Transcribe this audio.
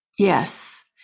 Yes